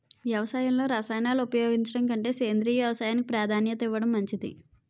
వ్యవసాయంలో రసాయనాలను ఉపయోగించడం కంటే సేంద్రియ వ్యవసాయానికి ప్రాధాన్యత ఇవ్వడం మంచిది